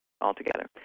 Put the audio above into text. altogether